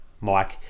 Mike